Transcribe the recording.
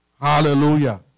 Hallelujah